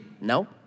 No